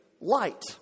light